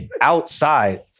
Outside